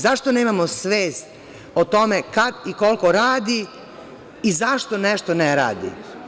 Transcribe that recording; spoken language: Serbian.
Zašto nemamo svest o tome kad i koliko radi i zašto nešto ne radi.